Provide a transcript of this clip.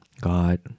God